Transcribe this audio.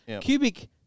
cubic